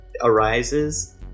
arises